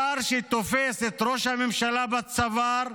שר שתופס את ראש הממשלה בצוואר,